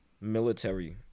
military